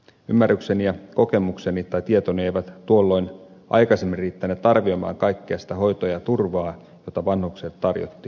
ymmärrykseni ja kokemukseni tai tietoni eivät tuolloin aikaisemmin riittäneet arvioimaan kaikkea sitä hoitoa ja turvaa jota vanhuksille tarjottiin